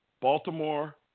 Baltimore